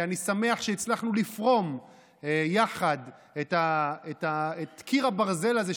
אני שמח שהצלחנו לפרום יחד את קיר הברזל הזה,